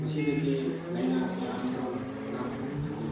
ꯃꯁꯤꯗꯒꯤ ꯂꯩꯅꯥ ꯀꯌꯥ ꯑꯃꯔꯣꯝ ꯉꯥꯛꯊꯣꯛꯍꯜꯂꯤ